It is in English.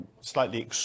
slightly